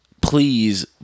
Please